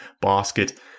basket